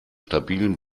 stabilen